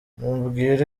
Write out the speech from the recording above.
mubwire